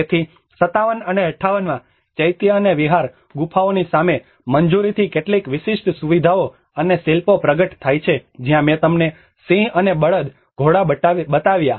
તેથી 57 અને 58 માં ચૈત્ય અને વિહાર ગુફાઓની સામે મંજૂરીથી કેટલીક વિશિષ્ટ સુવિધાઓ અને શિલ્પો પ્રગટ થાય છે જ્યાં મેં તમને સિંહ અને બળદ ઘોડા બતાવ્યાં